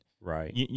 Right